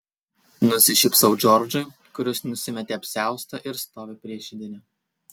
nusišypsau džordžui kuris nusimetė apsiaustą ir stovi prie židinio